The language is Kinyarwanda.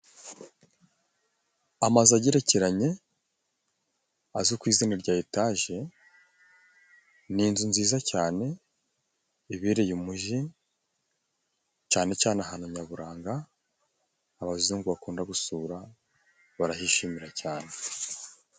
Amazu agerekeranye azwi ku izina rya etaje, ni inzu nziza cyane ibereye umuji cane cane ahantu nyaburanga abazungu bakunda gusura barahishimira cyane.